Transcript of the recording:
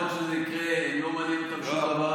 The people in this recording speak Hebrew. יכול להיות שזה עוד יקרה, לא מעניין אותם שום דבר.